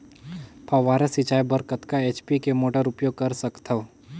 फव्वारा सिंचाई बर कतका एच.पी के मोटर उपयोग कर सकथव?